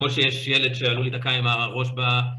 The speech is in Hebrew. כמו שיש ילד שעלול לדקה עם הראש ב...